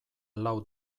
lau